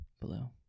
Blue